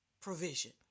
provision